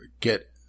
get